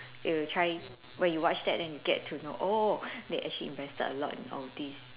they will try when you watch that then you get to know oh they actually invested a lot in all this